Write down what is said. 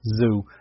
Zoo